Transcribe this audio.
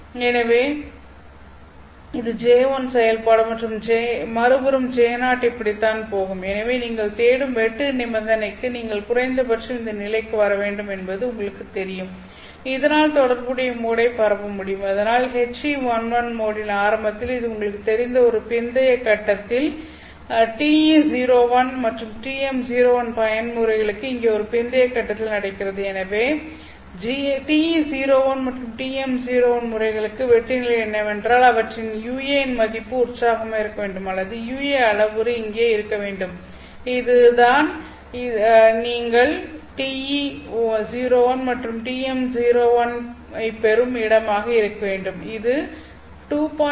எனவே இது J1 செயல்பாடு மறுபுறம் J0 இப்படித்தான் போகும் எனவே நீங்கள் தேடும் வெட்டு நிபந்தனைக்கு நீங்கள் குறைந்தபட்சம் இந்த நிலைக்கு வர வேண்டும் என்பது உங்களுக்குத் தெரியும் இதனால் தொடர்புடைய மோடை பரப்ப முடியும் அதனால் HE11 மோடின் ஆரம்பத்தில் அது உங்களுக்குத் தெரிந்த ஒரு பிந்தைய கட்டத்தில் TE01 மற்றும் TM01 பயன்முறைகளுக்கு இங்கே ஒரு பிந்தைய கட்டத்தில் நடக்கிறது எனவே TE01 மற்றும் TM01 முறைகளுக்கு வெட்டு நிலை என்னவென்றால் அவற்றின் ua இன் மதிப்பு உற்சாகமாக இருக்க வேண்டும் அல்லது ua அளவுரு இங்கே இருக்க வேண்டும் இதுதான் நீங்கள் TE0I மற்றும் TM01 0 ஐப் பெறும் இடமாக இருக்க வேண்டும் இது 2